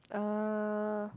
uh